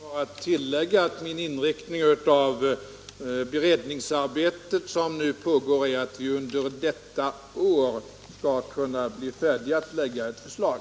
Herr talman! Jag vill bara tillägga att min inriktning av det beredningsarbete som nu pågår är att vi under detta år skall kunna bli färdiga och lägga fram ett förslag.